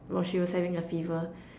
while she was having a fever